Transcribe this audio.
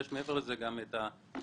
יש מעבר לזה גם את העובדה,